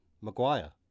Maguire